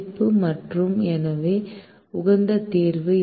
மதிப்பு மற்றும் எனவே உகந்த தீர்வு